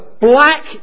black